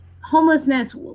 homelessness